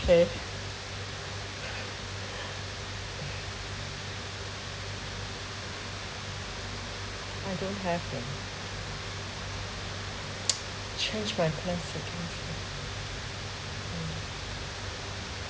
they I don't have that changed franklin sitting yeah mm